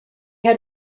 had